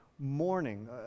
morning